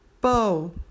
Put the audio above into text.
bow